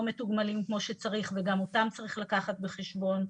מתוגמלים כמו שצריך וגם אותם צריך לקחת בחשבון.